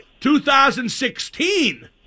2016